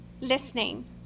listening